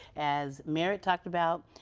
as merritt talked about,